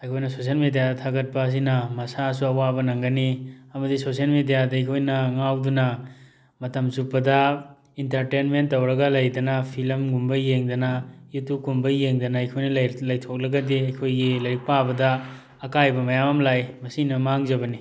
ꯑꯩꯈꯣꯏꯅ ꯁꯣꯁꯦꯜ ꯃꯦꯗꯤꯌꯥꯗ ꯊꯥꯒꯠꯄ ꯑꯁꯤꯅ ꯃꯁꯥꯁꯨ ꯑꯋꯥꯕ ꯅꯪꯒꯅꯤ ꯑꯃꯗꯤ ꯁꯣꯁꯦꯜ ꯃꯦꯗꯤꯌꯥꯗ ꯑꯩꯈꯣꯏꯅ ꯉꯥꯎꯗꯨꯅ ꯃꯇꯝ ꯆꯨꯞꯄꯗ ꯑꯦꯟꯇꯔꯇꯦꯟꯃꯦꯟ ꯇꯧꯔꯒ ꯂꯩꯗꯅ ꯐꯤꯂꯝꯒꯨꯝꯕ ꯌꯦꯡꯗꯅ ꯌꯨꯇ꯭ꯌꯨꯕꯀꯨꯝꯕ ꯌꯦꯡꯗꯅ ꯑꯩꯈꯣꯏꯅ ꯂꯩꯊꯣꯛꯂꯒꯗꯤ ꯑꯩꯈꯣꯏꯒꯤ ꯂꯥꯏꯔꯤꯛ ꯄꯥꯕꯗ ꯑꯀꯥꯏꯕ ꯃꯌꯥꯝ ꯑꯃ ꯂꯥꯛꯏ ꯃꯁꯤꯅ ꯃꯥꯡꯖꯕꯅꯤ